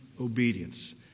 obedience